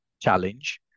challenge